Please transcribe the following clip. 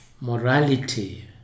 morality